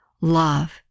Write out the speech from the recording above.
love